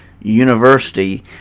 university